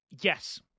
yes